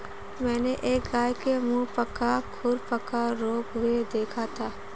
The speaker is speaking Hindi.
मैंने एक गाय के मुहपका खुरपका रोग हुए देखा था